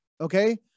Okay